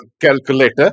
calculator